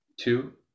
two